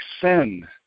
sin